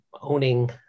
owning